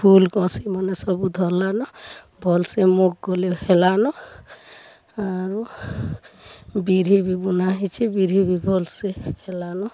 ଫୁଲ୍ କଷିଁ ମାନେ ସବୁ ଧର୍ଲା ନ ଭଲ୍ସେ ମୁଗ୍ କଲେ ହେଲା ନ ଆରୁ ବିରି ବି ବୁନା ହେଇଛେ ବିରି ବି ଭଲ୍ସେ ହେଲା ନ